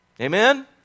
Amen